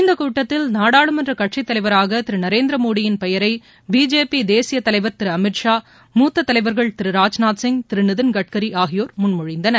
இந்தக் கூட்டத்தில் நாடாளுமன்றக் கட்சித் தலைவராக திரு நரேந்திர மோடியின் பெயரை பிஜேபி தேசியத் தலைவர் திரு அமித் ஷா மூத்த தலைவர்கள் திரு ராஜ்நாத் சிங் திரு நிதின் கட்காரி ஆகியோர் முன்மொழிந்தனர்